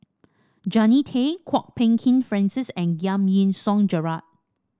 Jannie Tay Kwok Peng Kin Francis and Giam Yean Song Gerald